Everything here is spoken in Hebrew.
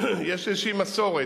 עדיין לא המציאו,